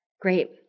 Great